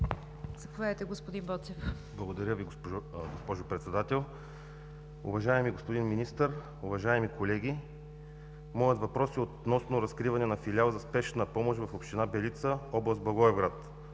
за България): Благодаря Ви, госпожо Председател. Уважаеми господи Министър, уважаеми колеги! Моят въпрос е относно разкриване на филиал за спешна помощ в община Белица, област Благоевград.